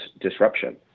disruption